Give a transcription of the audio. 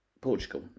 Portugal